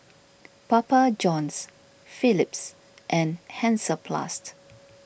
Papa Johns Philips and Hansaplast